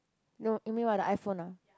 no you mean what the iPhone ah